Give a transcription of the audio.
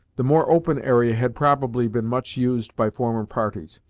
the more open area had probably been much used by former parties,